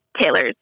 Taylor's